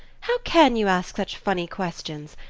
how can you ask such funny questions?